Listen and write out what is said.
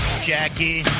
Jackie